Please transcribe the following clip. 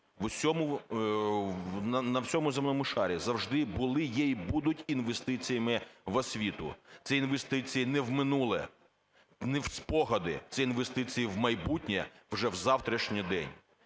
на всьому земному шарі завжди були, є і будуть інвестиціями в освіту. Це інвестиції не в минуле, не в спогади, це інвестиції в майбутнє, вже в завтрашній день.